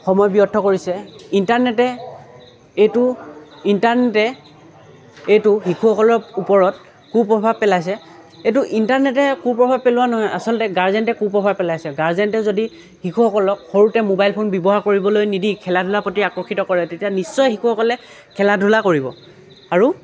সময় ব্যৰ্থ কৰিছে ইণ্টাৰনেটে এইটো ইণ্টাৰনেটে এইটো শিশুসকলৰ ওপৰত কু প্ৰভাৱ পেলাইছে এইটো ইণ্টাৰনেটে কু প্ৰভাৱ পেলোৱা নহয় আচলতে গাৰ্জেনে কু প্ৰভাৱ পেলাইছে গাৰ্জেনে যদি শিশুসকলক সৰুতে মোবাইল ফোন ব্যৱহাৰ কৰিবলৈ নিদি খেলা ধূলাৰ প্ৰতি আকৰ্ষিত কৰে তেতিয়া নিশ্চয় শিশুসকলে খেলা ধূলা কৰিব আৰু